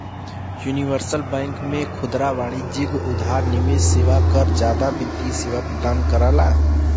universal bank में खुदरा वाणिज्यिक आउर निवेश सेवा क जादा वित्तीय सेवा प्रदान करला